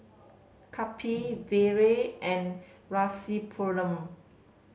Kapil Vedre and Rasipuram